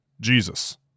Jesus